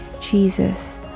Jesus